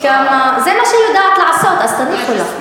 זה מה שהיא יודעת לעשות, אז תניחו לה.